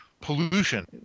Pollution